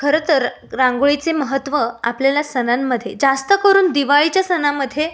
खरंतर रांगोळीचे महत्त्व आपल्याला सणांमधे जास्त करून दिवाळीच्या सणामधे